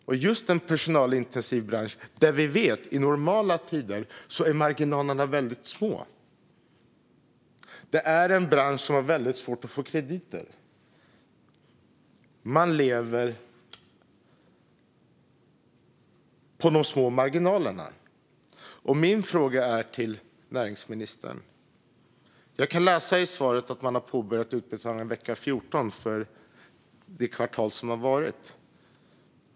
Det är som sagt en personalintensiv bransch, och vi vet att marginalerna där är väldigt små i normala tider. Inom branschen har man svårt att få krediter. Man lever på små marginaler. Jag vill ställa en fråga till näringsministern. I det skriftliga svaret kan jag läsa att man under vecka 14 har påbörjat utbetalningarna för det kvartal som har varit.